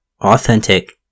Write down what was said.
authentic